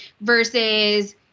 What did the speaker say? versus